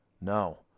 no